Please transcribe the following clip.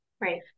right